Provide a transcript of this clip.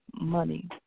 money